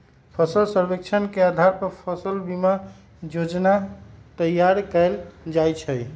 फसल सर्वेक्षण के अधार पर फसल बीमा जोजना तइयार कएल जाइ छइ